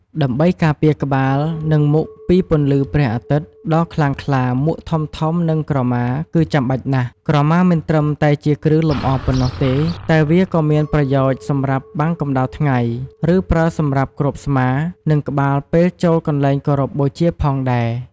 ដើម្បីការពារក្បាល និងមុខពីពន្លឺព្រះអាទិត្យដ៏ខ្លាំងក្លា មួកធំៗ និងក្រមា គឺចាំបាច់ណាស់។ ក្រមាមិនត្រឹមតែជាគ្រឿងលម្អប៉ុណ្ណោះទេ តែវាក៏មានប្រយោជន៍សម្រាប់បាំងកម្ដៅថ្ងៃ ឬប្រើសម្រាប់គ្របស្មា និងក្បាលពេលចូលកន្លែងគោរពបូជាផងដែរ។